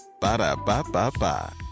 Ba-da-ba-ba-ba